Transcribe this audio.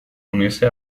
unirse